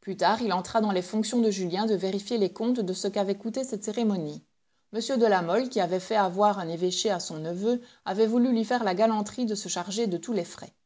plus tard il entra dans les fonctions de julien de vérifier les comptes de ce qu'avait coûté cette cérémonie m de la mole qui avait fait avoir un évêché à son neveu avait voulu lui faire la galanterie de se charger de tous les frais